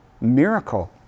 miracle